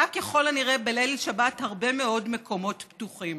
מצאה ככל הנראה בליל שבת הרבה מאוד מקומות פתוחים.